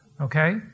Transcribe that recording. okay